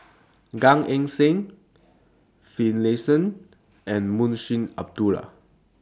Gan Eng Seng Finlayson and Munshi Abdullah